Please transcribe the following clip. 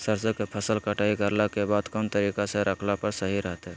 सरसों के फसल कटाई करला के बाद कौन तरीका से रखला पर सही रहतय?